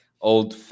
old